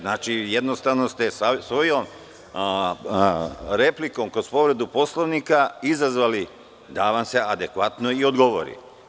Znači, jednostavno ste svojom replikom kroz povredu Poslovnika izazvali da vam se adekvatno i odgovori.